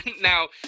Now